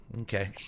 Okay